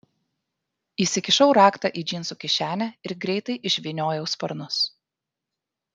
įsikišau raktą į džinsų kišenę ir greitai išvyniojau sparnus